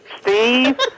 Steve